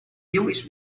usb